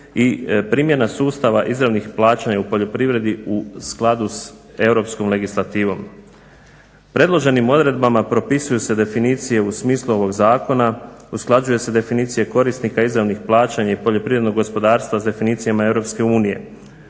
i primjena sustava izravnih plaćanja u poljoprivredi u skladu sa europskom legislativom. Predloženim odredbama propisuje se definicije u smislu ovog zakona, usklađuju se definicije korisnika izravnih plaćanja i poljoprivrednog gospodarstva s definicijama EU,